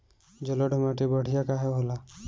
जलोड़ माटी बढ़िया काहे होला?